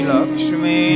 Lakshmi